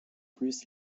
plus